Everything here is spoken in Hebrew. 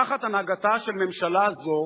תחת הנהגתה של ממשלה זו,